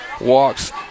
walks